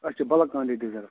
اَسہِ چھِ bulk quantity ضروٗرت